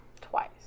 twice